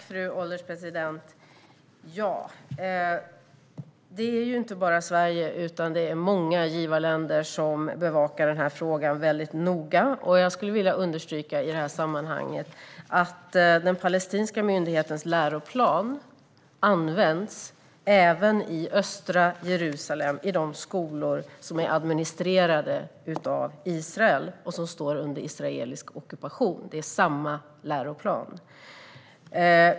Fru ålderspresident! Det är inte bara Sverige, utan det är många givarländer som bevakar den här frågan väldigt noga. Jag vill understryka att den palestinska myndighetens läroplan används även i östra Jerusalem, i de skolor som är administrerade av Israel och som står under israelisk ockupation. De har samma läroplan.